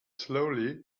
slowly